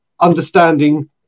understanding